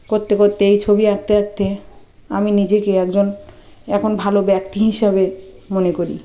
করতে করতেই ছবি আঁকতে আঁকতে আমি নিজেকে একজন এখন ভালো ব্যক্তি হিসাবে মনে করি